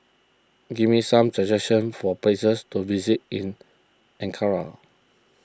give me some suggestions for places to visit in Ankara